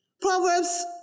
Proverbs